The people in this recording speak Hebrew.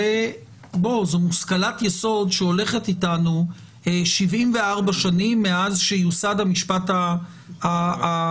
זו מושכלת יסוד שהולכת איתנו 74 שנים מאז שיוסד המשפט הפלילי.